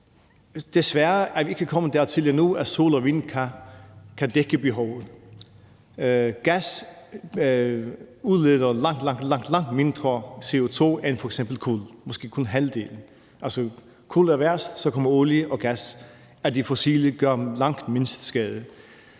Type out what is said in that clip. Desværre er vi ikke kommet dertil endnu, at sol og vind kan dække behovet. Gas udleder langt, langt mindre CO2 end f.eks. kul, måske kun halvdelen. Kul er værst, så kommer olie, og af de fossile brændsler gør gas langt mindst skade.